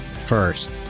first